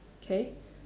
K